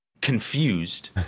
confused